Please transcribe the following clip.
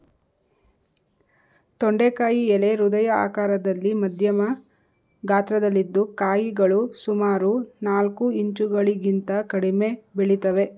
ತೊಂಡೆಕಾಯಿ ಎಲೆ ಹೃದಯ ಆಕಾರದಲ್ಲಿ ಮಧ್ಯಮ ಗಾತ್ರದಲ್ಲಿದ್ದು ಕಾಯಿಗಳು ಸುಮಾರು ನಾಲ್ಕು ಇಂಚುಗಳಿಗಿಂತ ಕಡಿಮೆ ಬೆಳಿತವೆ